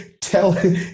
tell